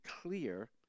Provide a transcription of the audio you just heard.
clear